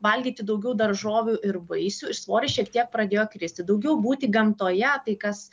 valgyti daugiau daržovių ir vaisių ir svoris šiek tiek pradėjo kristi daugiau būti gamtoje tai kas